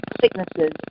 sicknesses